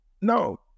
no